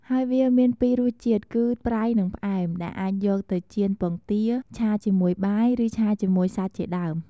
ហេីយវាមានពីររសជាតិគឺ ប្រៃ និង ផ្អែម ដែលអាចយកទៅចៀនពងទា ឆាជាមួយបាយ ឬ ឆាជាមួយសាច់ជាដេីម។